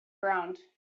ground